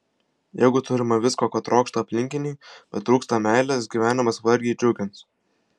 jeigu turima visko ko trokšta aplinkiniai bet trūksta meilės gyvenimas vargiai džiugins